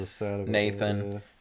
Nathan